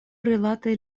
rilate